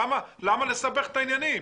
למה לסבך את העניינים?